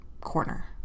corner